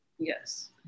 Yes